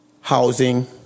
housing